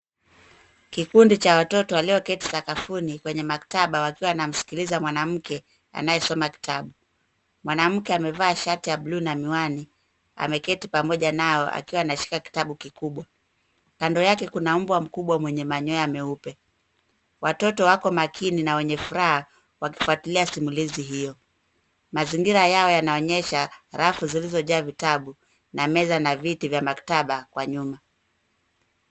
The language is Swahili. Kikundi cha watoto walioketi sakafuni kwenye maktaba wakiwa wanamsikiliza mwanamke anayesoma kitabu. Mwanamke amevaa shati ya bluu na miwani, Ameketi pamoja nao akiwa anashika kitabu kikubwa. Kando yake kuna mbwa mkubwa mwenye manyoya meupe. Watoto wako makini na wenye furaha wakifuatilia simulizi hiyo. Mazingira yao yanaonyesha rafu zilizojaa vitabu na meza na viti vya maktaba kwa nyuma.